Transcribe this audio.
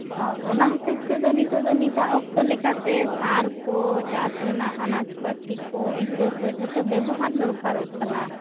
ᱚᱻ ᱚᱱᱟ ᱦᱤᱥᱟᱹᱵᱽ ᱛᱮᱫᱚ ᱱᱤᱛᱚᱜ ᱫᱚ ᱱᱤᱛᱟᱜ ᱚᱠᱛᱚ ᱞᱮᱠᱟᱛᱮ ᱥᱟᱨ ᱠᱚ ᱪᱟᱥ ᱨᱮᱱᱟᱜ ᱟᱱᱟᱡᱽ ᱯᱟᱛᱤ ᱠᱚ ᱤᱛᱟᱹ ᱠᱚ ᱡᱷᱚᱛᱚ ᱵᱮᱵᱚᱦᱟᱨ ᱫᱚᱨᱠᱟᱨᱚᱜ ᱠᱟᱱᱟ